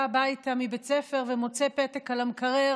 הביתה מבית הספר ומוצא פתק על המקרר: